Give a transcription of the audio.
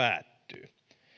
päättyy